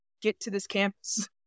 get-to-this-campus